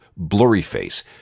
Blurryface